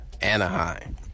Anaheim